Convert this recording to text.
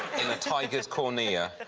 in a tiger's cornea.